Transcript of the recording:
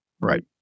right